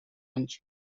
anys